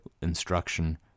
instruction